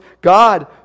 God